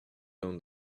down